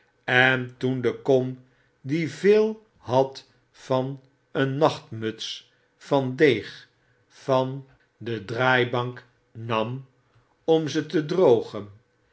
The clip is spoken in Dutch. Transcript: en toen de kom die veel had van een nachtmuts van deeg van de draaibank nam om ze te drogen